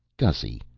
gussy,